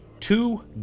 Two